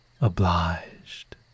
obliged